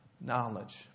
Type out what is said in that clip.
knowledge